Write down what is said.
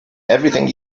everything